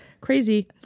Crazy